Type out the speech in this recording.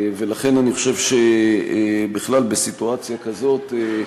לכן אני חושב שבכלל, בסיטואציה כזאת,